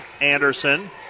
Anderson